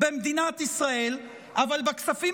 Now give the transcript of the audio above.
בגילי גיוס מילואים, אבל היי,